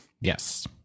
Yes